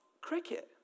cricket